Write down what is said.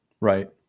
Right